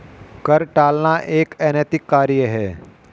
कर टालना एक अनैतिक कार्य है